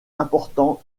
important